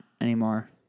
anymore